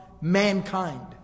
mankind